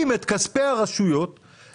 ומירה, את תוכלי להעלות את כל השאלות.